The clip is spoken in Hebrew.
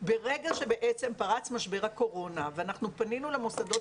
ברגע שפרץ משבר הקורונה ואנחנו פנינו למוסדות